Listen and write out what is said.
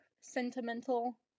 sentimental